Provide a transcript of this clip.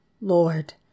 Lord